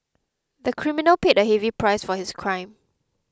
the criminal paid a heavy price for his crime